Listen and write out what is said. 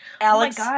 Alex